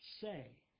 say